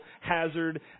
hazard